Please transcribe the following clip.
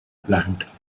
plant